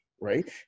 Right